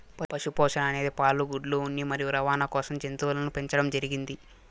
పశు పోషణ అనేది పాలు, గుడ్లు, ఉన్ని మరియు రవాణ కోసం జంతువులను పెంచండం జరిగింది